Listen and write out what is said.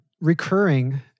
recurring